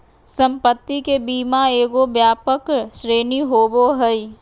संपत्ति के बीमा एगो व्यापक श्रेणी होबो हइ